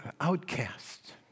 outcast